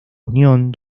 unión